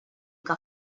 que